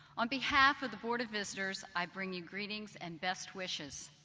on behalf of the board of visitors, i bring you greetings and best wishes.